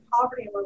poverty